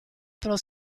pro